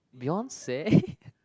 Beyonce